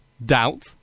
Doubt